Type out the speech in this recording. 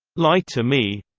lie to me